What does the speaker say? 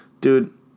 Dude